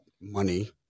money